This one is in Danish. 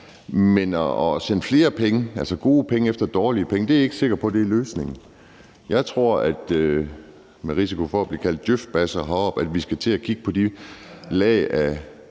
men at sende flere penge, altså gode penge efter dårlige penge, er jeg ikke sikker på er løsningen. Jeg tror – med risiko for at blive kaldt en djøfbasher heroppe – at vi skal til at kigge på de lag af